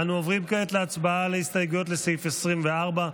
אנו עוברים כעת להצבעה על הסתייגויות לסעיף 24,